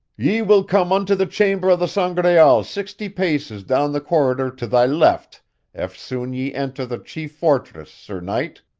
ye will come unto the chamber of the sangraal sixty paces down the corridor to thy left eftsoon ye enter the chief fortress, sir knight,